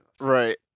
Right